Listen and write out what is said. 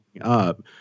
Up